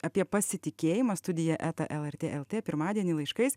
apie pasitikėjimą studija eta lrt lt pirmadienį laiškais